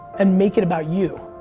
and make it about you,